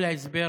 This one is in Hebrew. כל ההסבר